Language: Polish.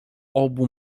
obu